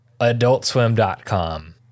adultswim.com